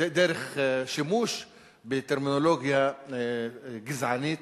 דרך שימוש בטרמינולוגיה גזענית,